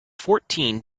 fourteen